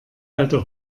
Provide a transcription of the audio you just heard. alte